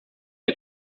der